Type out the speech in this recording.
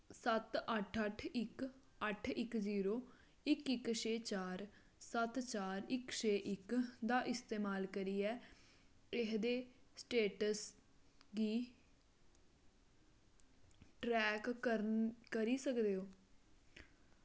सत्त अट्ठ अट्ठ इक अट्ठ इक जीरो इक इक छे चार सत्त चार इक छे इक दा इस्तेमाल करियै एह्दे स्टेटस गी ट्रैक कर करी सकदे ओ